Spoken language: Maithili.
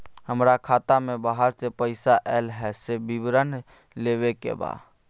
हमरा खाता में बाहर से पैसा ऐल है, से विवरण लेबे के बा?